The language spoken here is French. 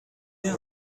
deux